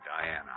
Diana